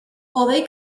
hodei